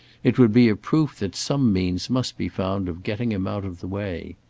it would be a proof that some means must be found of getting him out of the way.